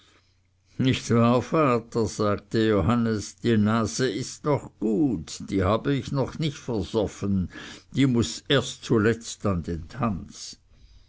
nicht wahr vater sagte johannes die nase ist noch gut die habe ich noch nicht versoffen die muß erst zuletzt an den tanz